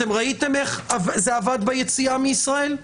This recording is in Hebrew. אתם ראיתם איך זה עבד ביציאה מישראל?